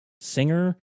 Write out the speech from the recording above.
singer